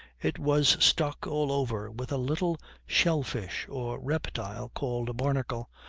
it was stuck all over with a little shell-fish or reptile, called a barnacle,